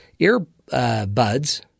earbuds